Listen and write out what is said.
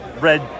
red